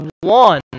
one